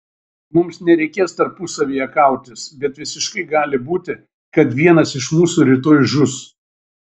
mums nereikės tarpusavyje kautis bet visiškai gali būti kad vienas iš mūsų rytoj žus